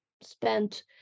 spent